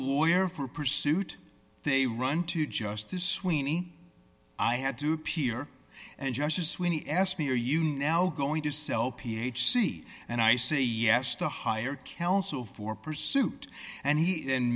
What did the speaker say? lawyer for pursuit they run to justice sweeney i had to appear and justice when he asked me are you now going to sell ph c and i say yes to higher council for pursuit and he and